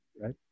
right